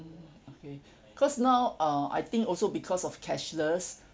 okay cause now uh I think also because of cashless